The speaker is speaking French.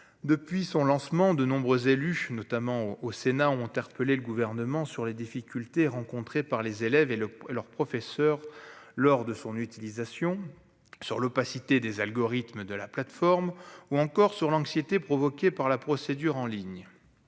depuis son lancement, de nombreux élus, notamment au Sénat, on interpellé le gouvernement sur les difficultés rencontrées par les élèves et le et leurs professeurs lors de son utilisation sur l'opacité des algorithmes de la plateforme, ou encore sur l'anxiété provoquée par la procédure en ligne